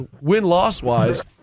win-loss-wise